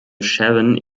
scharon